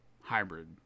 hybrid